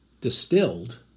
distilled